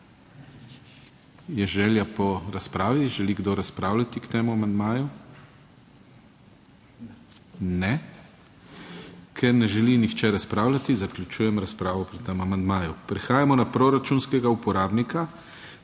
Je želja po razpravi? Želi kdo razpravljati k temu amandmaju? Ne. Ker ne želi nihče razpravljati zaključujem razpravo pri tem amandmaju. Prehajamo na proračunskega uporabnika